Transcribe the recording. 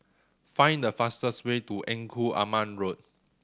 find the fastest way to Engku Aman Road